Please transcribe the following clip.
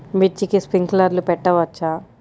మిర్చికి స్ప్రింక్లర్లు పెట్టవచ్చా?